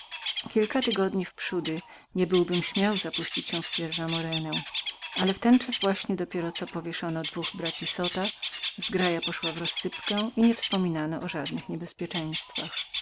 kilka tygodni wprzódy niebyłbym śmiał zapuścić się w sierra morena ale w tenczas właśnie co powieszono dwóch braci zota zgraja poszła w rozsypkę i nie wspominano o żadnych niebezpieczeństwach